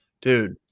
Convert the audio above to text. dude